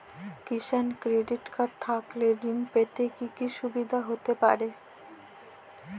কিষান credit card থাকলে ঋণ পেতে কি কি সুবিধা হতে পারে?